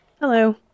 Hello